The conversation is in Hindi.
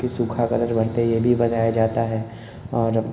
सूखा कलर भरते यह भी बताया जाता है और